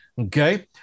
okay